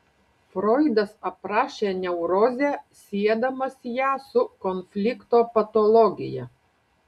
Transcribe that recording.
froidas aprašė neurozę siedamas ją su konflikto patologija